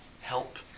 help